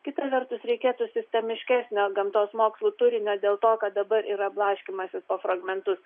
kita vertus reikėtų sistemiškesnio gamtos mokslų turinio dėl to kad dabar yra blaškymasis po fragmentus